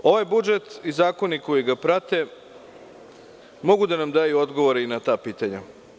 Ovaj budžet i zakoni koji ga prate mogu da nam daju odgovore i na ta pitanja.